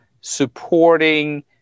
supporting